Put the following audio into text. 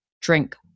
drink